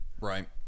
Right